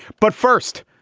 but first,